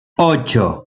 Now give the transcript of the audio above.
ocho